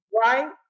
right